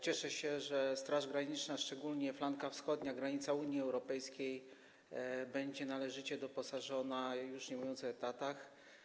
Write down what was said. Cieszę się, że Straż Graniczna, szczególnie flanka wschodnia granicy Unii Europejskiej będzie należycie doposażona, już nie mówiąc o etatach.